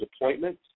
appointments